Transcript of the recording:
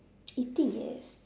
eating yes